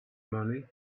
money